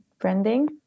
branding